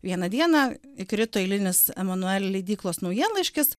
vieną dieną įkrito eilinis emanueli leidyklos naujienlaiškis